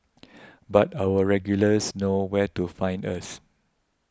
but our regulars know where to find us